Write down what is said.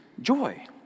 joy